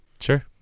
Sure